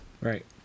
Right